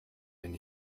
wenn